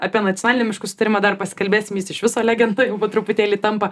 apie nacionalinį miškų susitarimą dar pasikalbėsim jis iš viso legenda jau po truputėlį tampa